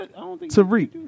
Tariq